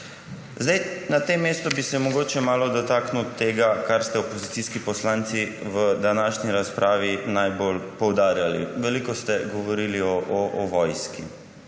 dela. Na tem mestu bi se mogoče malo dotaknil tega, kar ste opozicijski poslanci v današnji razpravi najbolj poudarjali. Veliko ste govorili o vojski.